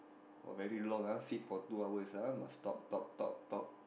oh very long ah sit for two hours ah must talk talk talk talk